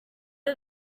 are